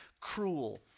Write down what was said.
cruel